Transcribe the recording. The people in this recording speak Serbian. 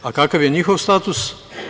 A kakav je njihov status?